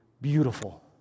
beautiful